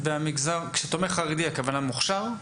כשאתה אומר "חרדי", הכוונה מוכש"ר?